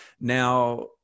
now